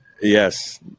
Yes